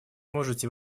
можете